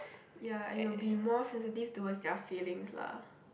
ya and you will be more sensitive towards their feelings lah